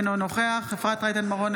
אינו נוכח אפרת רייטן מרום,